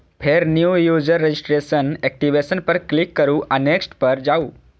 फेर new user registration, activation पर click करू आ नेक्स्ट पर जाउ